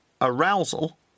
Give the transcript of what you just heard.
arousal